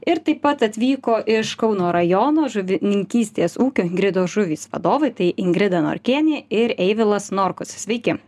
ir taip pat atvyko iš kauno rajono žuvininkystės ūkio ingridos žuvys vadovai tai ingrida norkienė ir eivilas norkus sveiki